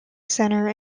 center